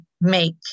make